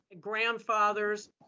grandfathers